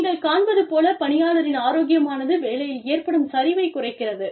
நீங்கள் காண்பது போல பணியாளரின் ஆரோக்கியமானது வேலையில் ஏற்படும் சரிவைக் குறைக்கிறது